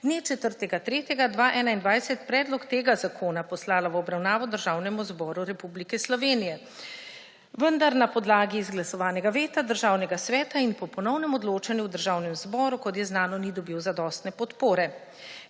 dne 4. 3. 2021 predlog tega zakona poslala v obravnavo Državnemu zboru Republike Slovenije, vendar na podlagi izglasovanega veta Državnega sveta in po ponovnem odločanju v Državnem zboru, kot je znano, ni dobil zadostne podpore.